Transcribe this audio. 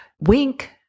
Wink